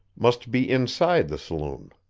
must be inside the saloon.